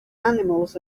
animals